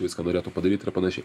viską norėtų padaryti ir panašiai